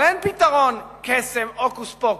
אבל אין פתרון קסם, הוקוס-פוקוס.